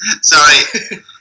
Sorry